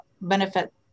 benefit